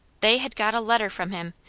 they had got a letter from him!